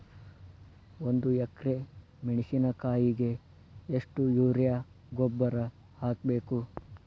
ಒಂದು ಎಕ್ರೆ ಮೆಣಸಿನಕಾಯಿಗೆ ಎಷ್ಟು ಯೂರಿಯಾ ಗೊಬ್ಬರ ಹಾಕ್ಬೇಕು?